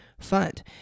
fund